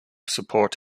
support